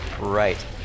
right